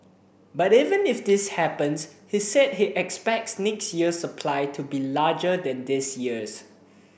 but even if this happens he said he expects next year's supply to be larger than this year's